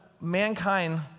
mankind